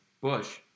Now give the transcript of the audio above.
Bush